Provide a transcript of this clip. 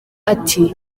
ati